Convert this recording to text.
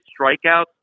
strikeouts